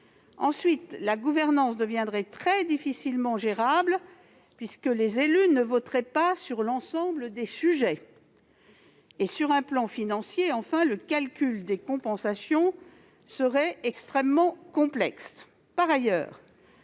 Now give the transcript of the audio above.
Ensuite, la gouvernance deviendrait difficilement gérable, puisque les élus ne voteraient pas sur l'ensemble des sujets. Enfin, sur un plan financier, le calcul des compensations serait extrêmement complexe.